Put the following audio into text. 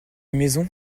maison